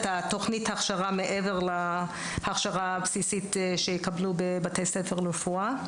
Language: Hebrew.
תכנית ההכשרה מעבר להכשרה הבסיסית שיקבלו בבתי ספר לרפואה.